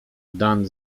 dan